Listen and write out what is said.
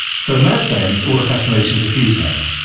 so in that sense, all assassinations are futile.